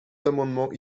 amendements